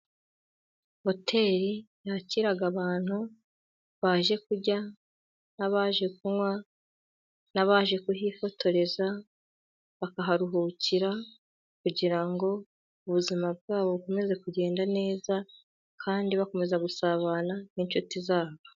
Hoteri yakira abantu baje kurya n'abaje kunywa n'abaje kuhifotoreza, bakaharuhukira kugira ngo ubuzima bwabo bukomeze kugenda neza, kandi bakomeza gusabana n'inshuti zabo.